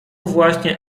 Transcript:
właśnie